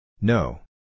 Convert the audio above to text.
No